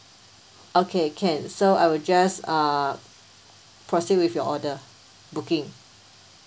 okay can so I will just uh proceed with your order booking